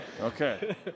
Okay